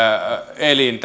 elin